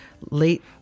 late